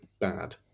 bad